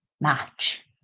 match